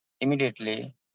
immediately